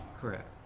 correct